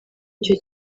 icyo